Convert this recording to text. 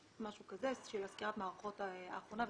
סקירת המערכות האחרונה,